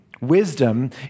Wisdom